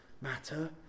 matter